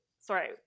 Sorry